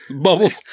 Bubbles